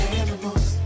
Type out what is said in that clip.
animals